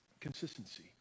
Consistency